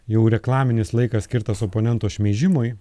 jau reklaminis laikas skirtas oponento šmeižimui